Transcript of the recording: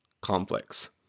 conflicts